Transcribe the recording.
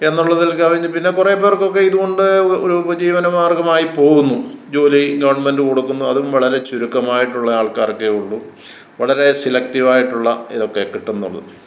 എന്നുള്ളതിൽ കവിഞ്ഞ് പിന്നെ കുറേ പേർക്കൊക്കെ ഇതുകൊണ്ട് ഒരു ഉപജീവനമാർഗ്ഗമായി പോകുന്നു ജോലി ഗവൺമെൻ്റ് കൊടുക്കുന്നു അതും വളരെ ചുരുക്കമായിട്ടുള്ള ആൾക്കാർക്കേ ഉള്ളു വളരെ സെലക്ടീവായിട്ടുള്ള ഇതൊക്കെ കിട്ടുന്നുള്ളു